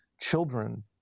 children